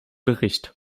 bericht